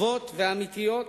טובות ואמיתיות,